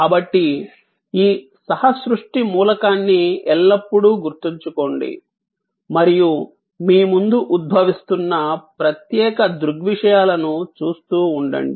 కాబట్టి ఈ సహ సృష్టి మూలకాన్ని ఎల్లప్పుడూ గుర్తుంచుకోండి మరియు మీ ముందు ఉద్భవిస్తున్న ప్రత్యేక దృగ్విషయాలను చూస్తూ ఉండండి